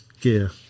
gear